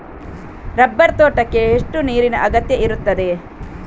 Rubber ತೋಟಕ್ಕೆ ಎಷ್ಟು ನೀರಿನ ಅಗತ್ಯ ಇರುತ್ತದೆ?